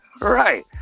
Right